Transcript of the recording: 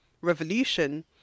Revolution